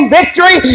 victory